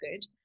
good